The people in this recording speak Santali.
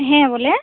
ᱦᱮᱸ ᱵᱚᱞᱮ